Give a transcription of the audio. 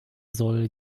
soll